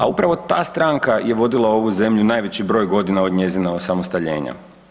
A upravo ta stranka je vodila ovu zemlju najveći broj godina od njezina osamostaljenja.